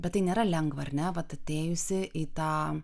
bet tai nėra lengva ar ne vat atėjus į tą